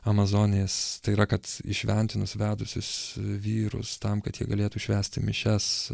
amazonės tai yra kad įšventinus vedusius vyrus tam kad jie galėtų švęsti mišias